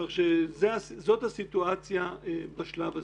זאת הסיטואציה בשלב הזה.